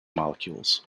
molecules